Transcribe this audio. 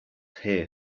here